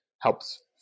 helps